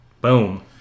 Boom